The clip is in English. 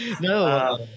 no